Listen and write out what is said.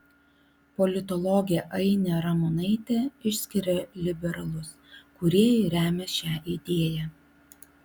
politologė ainė ramonaitė išskiria liberalus kurie ir remia šią idėją